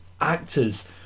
actors